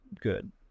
good